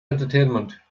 entertainment